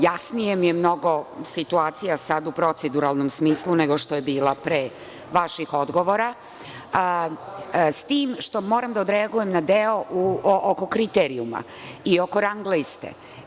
Jasnije mi je mnogo situacija sada u proceduralnom smislu nego što je bila pre vaših odgovora, s tim što moram da odreagujem na deo oko kriterijuma i oko rang liste.